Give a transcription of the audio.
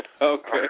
Okay